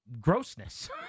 grossness